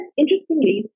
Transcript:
interestingly